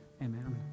Amen